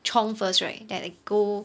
chiong first right that like go